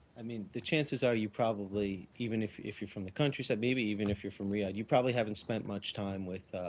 i mean the chances are you probably even if if you're from the countryside, maybe even if you're from riyadh, you probably haven't spent much time with